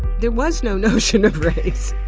there was no notion of race.